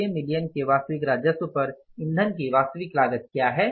७६ million के वास्तविक राजस्व पर ईंधन की वास्तविक लागत क्या है